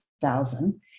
thousand